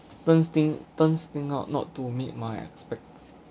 turns thing turns thing out not to meet my expectation